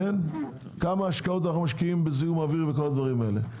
כמה השקעות אנו משקיעים בזיהום אוויר וכל הדברים הללו,